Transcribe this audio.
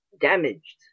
damaged